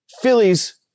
Phillies